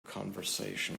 conversation